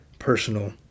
personal